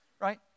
right